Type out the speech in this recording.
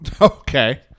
Okay